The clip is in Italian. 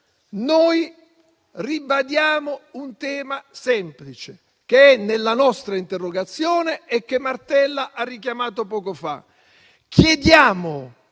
noi ribadiamo un tema semplice, che è nella nostra interrogazione e che il senatore Martella ha richiamato poco fa: chiediamo